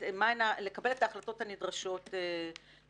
ולקבל את ההחלטות הנדרשות בהתאמה.